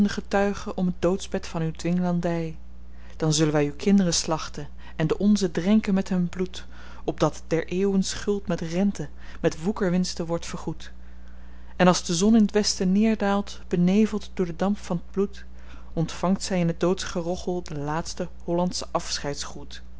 getuigen om t doodsbed van uw dwinglandy dan zullen wy uw kindren slachten en de onzen drenken met hun bloed opdat der eeuwen schuld met rente met woekerwinste word vergoed en als de zon in t westen neerdaalt beneveld door den damp van t bloed ontvangt zy in het doodsgerochel de laatste hollandsche